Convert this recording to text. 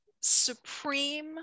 supreme